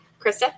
Krista